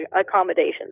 accommodations